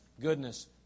goodness